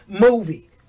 movie